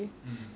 mm